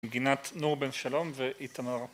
נגינת נור בן שלום ואיתמר.